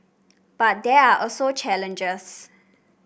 but there are also challenges